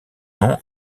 nom